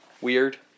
Weird